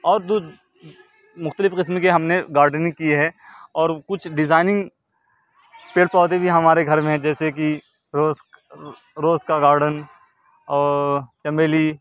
اور دو مختلف قسم کی ہم نے گارڈننگ کی ہے اور کچھ ڈیزائننگ پیڑ پودے بھی ہمارے گھر میں ہیں جیسے کہ روسک روز کا گارڈن چمیلی